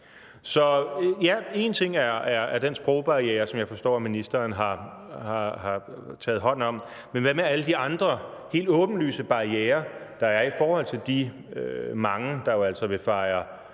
Så én ting er den sprogbarriere, som jeg forstår at ministeren har taget hånd om. Men hvad med alle de andre helt åbenlyse barrierer, der er i forhold til de mange, der jo altså nu vil fejre